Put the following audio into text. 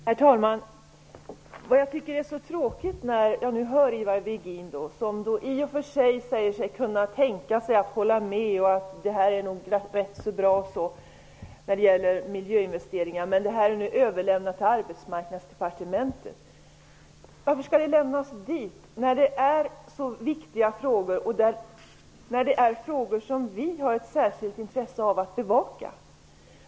Herr talman! Jag tycker att det är tråkigt att höra Ivar Virgin säga att han i och för sig kan tänka sig att hålla med om att det nog är rätt bra med miljöinvesteringar, men att ärendet nu är överlämnat till Arbetsmarknadsdepartementet. Varför skall det lämnas dit, när det är så viktiga frågor och när det är frågor som vi har ett särskilt intresse av att bevaka?